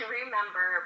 remember